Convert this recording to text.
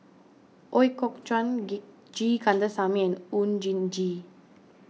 Ooi Kok Chuen G Kandasamy Oon Jin Gee